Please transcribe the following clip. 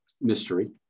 mystery